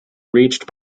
reached